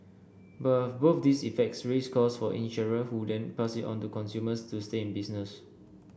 both these effects raise costs for insurer who then pass it on to consumers to stay in business